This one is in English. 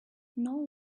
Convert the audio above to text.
know